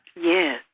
Yes